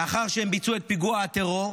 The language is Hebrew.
לאחר שהם ביצעו את פיגוע הטרור,